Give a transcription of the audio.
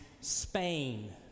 spain